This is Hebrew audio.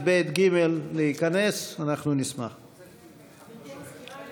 גברתי המזכירה,